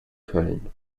köln